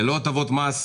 ללא הטבות מס,